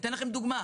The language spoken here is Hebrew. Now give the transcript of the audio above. אתן לכם דוגמה,